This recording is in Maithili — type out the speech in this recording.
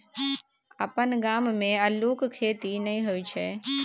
अपन गाम मे अल्लुक खेती नहि होए छै